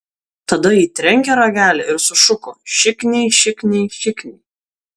tada ji trenkė ragelį ir sušuko šikniai šikniai šikniai